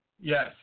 Yes